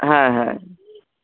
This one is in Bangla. হ্যাঁ হ্যাঁ